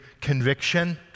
conviction